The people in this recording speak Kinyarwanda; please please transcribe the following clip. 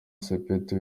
sepetu